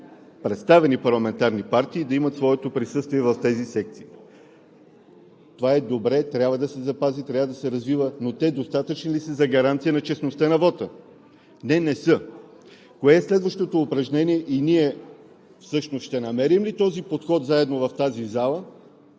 представени парламентарно партии да имат своето присъствие в тези секции. Това е добре, трябва да се запази, трябва да се развива, но то достатъчно ли е за гаранция на честността на вота? Не, не е. Кое е следващото упражнение и ние всъщност ще намерим ли този подход заедно в тази зала…